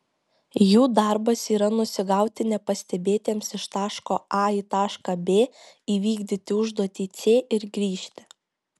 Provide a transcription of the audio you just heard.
jų darbas yra nusigauti nepastebėtiems iš taško a į tašką b įvykdyti užduotį c ir grįžti